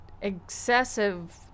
excessive